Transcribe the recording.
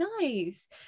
nice